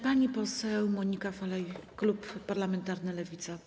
Pani poseł Monika Falej, klub parlamentarny Lewica.